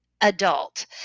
adult